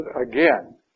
again